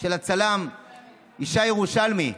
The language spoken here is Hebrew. של הצלם ישי ירושלמי,